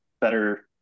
better